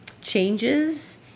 changes